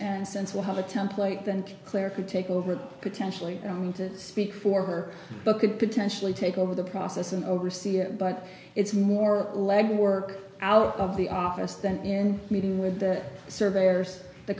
and since we'll have a template then clerical take over potentially going to speak for her book and potentially take over the process and oversee it but it's more legwork out of the office then and meeting with the surveyors the